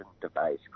device